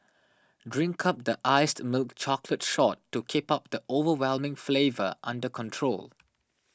drink up the iced milk chocolate shot to keep the overwhelming flavour under control